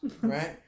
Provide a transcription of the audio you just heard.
Right